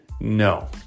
No